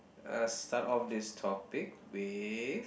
uh start off this topic with